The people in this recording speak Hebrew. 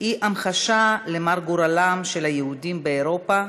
היא המחשה למר גורלם של היהודים באירופה